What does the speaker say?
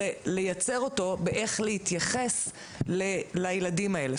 לייצר אותו לגבי איך להתייחס לילדים האלה.